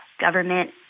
government